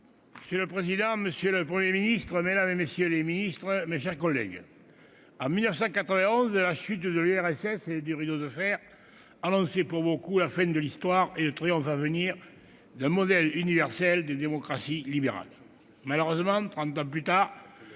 Monsieur le président, monsieur le Premier ministre, madame la ministre, messieurs les ministres, mes chers collègues, en 1991, la chute de l'URSS et du rideau de fer annonçait pour beaucoup la fin de l'Histoire et le triomphe à venir d'un modèle universel de démocratie libérale. Malheureusement, trente ans plus tard,